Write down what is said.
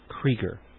Krieger